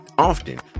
often